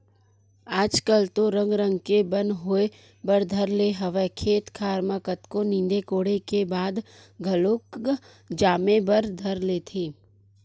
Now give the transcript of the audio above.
आजकल तो रंग रंग के बन होय बर धर ले हवय खेत खार म कतको नींदे कोड़े के बाद घलोक जामे बर धर लेथे